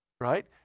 right